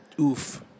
Oof